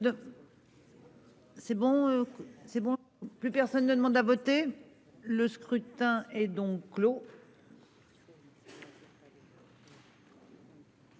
c'est bon. Plus personne ne demande à voter Le scrutin est donc clos.